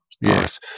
Yes